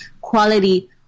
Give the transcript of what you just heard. Quality